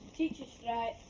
teacher strike.